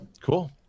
cool